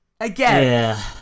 Again